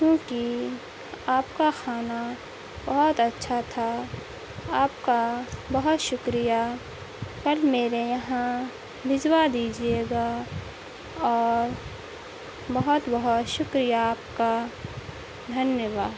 کیونکہ آپ کا کھانا بہت اچھا تھا آپ کا بہت شکریہ پر میرے یہاں بھیجوا دیجیے گا اور بہت بہت شکریہ آپ کا دھنیہ واد